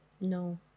No